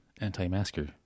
anti-masker